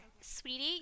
sweetie